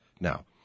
now